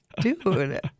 dude